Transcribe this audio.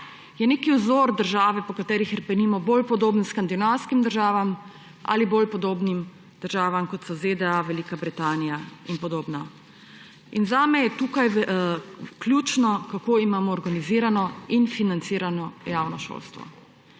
Je nek vzor države, po kateri hrepenimo, bolj podoben skandinavskim državam ali je bolj podoben državam, kot so ZDA, Velika Britanija in podobno. Za mene je tukaj ključno, kako imamo organizirano in financirano javno šolstvo.